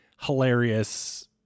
hilarious